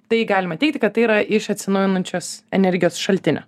tai galima teigti kad tai yra iš atsinaujinančios energijos šaltinio